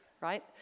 right